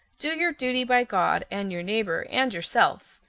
do your duty by god and your neighbor and yourself,